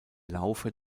laufe